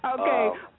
Okay